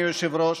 אדוני היושב-ראש,